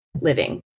living